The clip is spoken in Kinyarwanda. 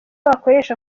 wakoresha